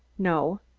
no.